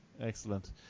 Excellent